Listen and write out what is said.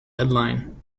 headline